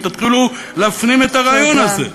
ותתחילו להפנים את הרעיון הזה.